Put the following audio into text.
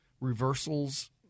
reversals